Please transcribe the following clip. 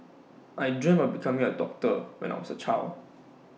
I dreamt of becoming A doctor when I was A child